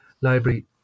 library